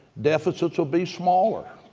deficits will be smaller.